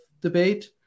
debate